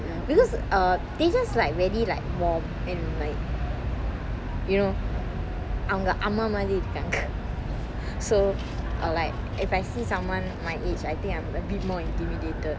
because uh they just like very like warm and like you know அவங்க அம்மா மாதிரி இருக்காங்க:avanga amma madiri irukkanga so uh like if I see someone my age I think I'm a bit more intimidated